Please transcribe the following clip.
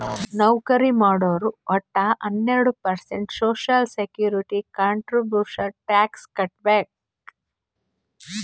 ನೌಕರಿ ಮಾಡೋರು ವಟ್ಟ ಹನ್ನೆರಡು percent social security contribution tax ಕಟ್ಬೇಕ್